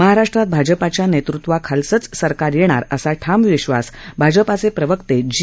महाराष्ट्रात भाजपाच्या नेतृत्वाखालचंच सरकार येणार असा ठाम विश्वास भाजपा प्रवक्ते जी